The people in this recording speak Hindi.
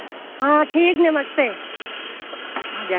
हाँ हाँ ठीक नमस्ते आ जाएंगे